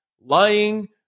lying